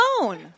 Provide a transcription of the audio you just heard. alone